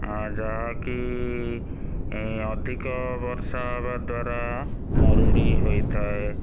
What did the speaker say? ଯାହା କି ଅଧିକ ବର୍ଷା ହେବା ଦ୍ଵାରା ମରୁଡ଼ି ହୋଇଥାଏ